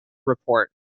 report